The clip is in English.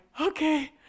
Okay